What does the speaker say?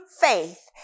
faith